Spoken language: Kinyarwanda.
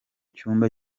cyumba